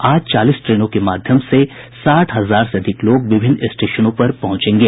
आज चालीस ट्रेनों के माध्यम से साठ हजार से अधिक लोग विभिन्न स्टेशनों पर पहुंचेंगे